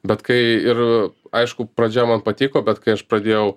bet kai ir aišku pradžia man patiko bet kai aš pradėjau